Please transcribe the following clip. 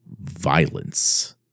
violence